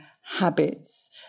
habits